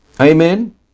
Amen